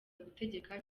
gutegeka